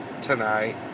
tonight